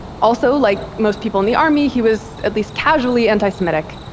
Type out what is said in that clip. also like most people in the army, he was at least casually anti-semitic.